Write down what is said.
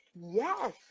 yes